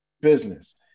business